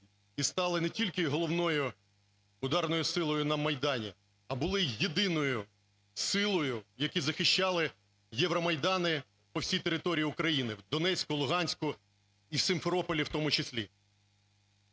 і стали не тільки головною ударною силою на Майдані, а і були єдиною силою, які захищали євромайдани по всій території України: в Донецьку, Луганську і в Сімферополі в тому числі.